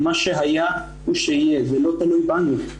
מה שהיה הוא שיהיה, זה לא תלוי בנו.